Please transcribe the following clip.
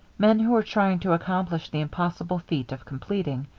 men who were trying to accomplish the impossible feat of completing,